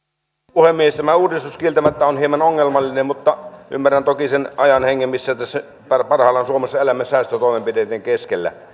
puhemies tämä uudistus kieltämättä on hieman ongelmallinen mutta ymmärrän toki sen ajan hengen missä tässä parhaillaan suomessa elämme säästötoimenpiteitten keskellä